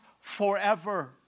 forever